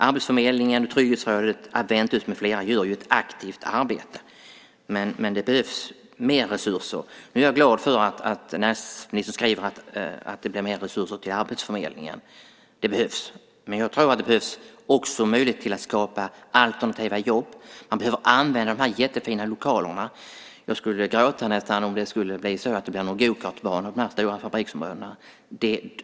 Arbetsförmedlingen, trygghetsråden, Aventus med flera utför alltså ett aktivt arbete, men det behövs mer resurser. Jag är glad för att ministern skriver att det blir mer resurser till arbetsförmedlingen. Det behövs. Men jag tror också att det behövs en möjlighet att skapa alternativa jobb. Man behöver använda de här jättefina lokalerna. Jag skulle nästan gråta om det blev någon gokartbana i de här stora fabriksområdena.